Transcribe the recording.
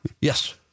Yes